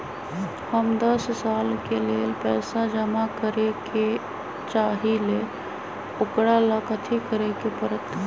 हम दस साल के लेल पैसा जमा करे के चाहईले, ओकरा ला कथि करे के परत?